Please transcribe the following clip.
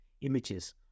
images